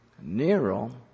Nero